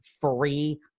free